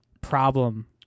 problem